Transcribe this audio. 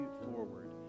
forward